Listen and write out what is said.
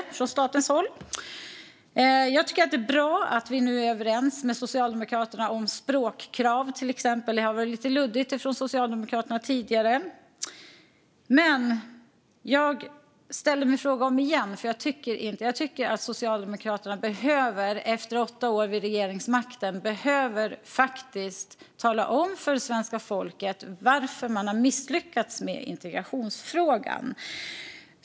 Det är bra att vi nu är överens med Socialdemokraterna om språkkrav. Det har tidigare varit lite luddigt från Socialdemokraterna. Men efter åtta år vid regeringsmakten tycker jag att Socialdemokraterna behöver tala om för svenska folket varför man misslyckades med integrationen.